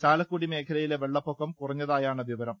ചാലക്കുടി മേഖലയിലെ വെള്ളപ്പൊക്കം കുറഞ്ഞതായാണ് വിവരം